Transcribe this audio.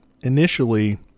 initially